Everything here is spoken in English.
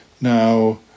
Now